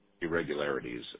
irregularities